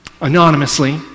anonymously